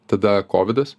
tada kovidas